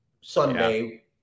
Sunday